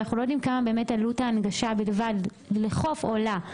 ואנחנו לא יודעים באמת כמה עלות ההנגשה בלבד לחוף עולה.